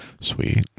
Sweet